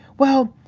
well,